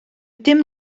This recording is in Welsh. dim